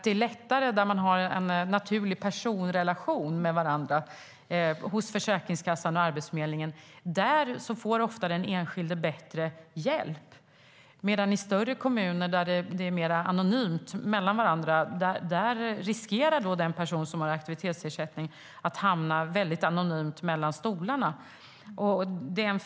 Det är lättare där man har en naturlig personrelation med varandra hos Försäkringskassan och Arbetsförmedlingen. Den enskilde får ofta bättre hjälp där, medan personer som har aktivitetsersättning i större kommuner riskerar att hamna anonymt mellan stolarna.